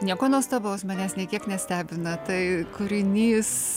nieko nuostabaus manęs nė kiek nestebina tai kūrinys